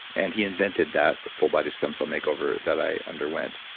and he invented that full body stem cell makeover that i underwent.